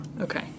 Okay